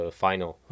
final，